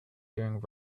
doing